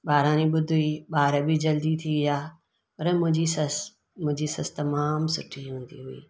बाराणी बुद्धी हुई ॿार बि जल्दी थी विया पर मुंहिंजी ससु मुंहिंजी ससु तमामु सुठी हूंदी हुई